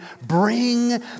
bring